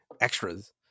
extras